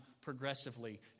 progressively